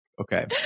Okay